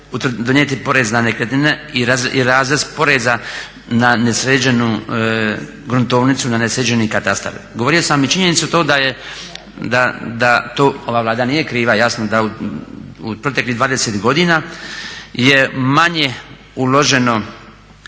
donijeti porez na nekretnine i razrez poreza na nesređenu gruntovnicu, na nesređeni katastar. Govorio sam i činjenicu to da je, da to ova Vlada nije kriva jasno da u proteklih 20 godina je manje uloženo.